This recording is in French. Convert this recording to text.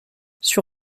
sur